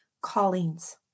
callings